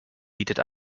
bietet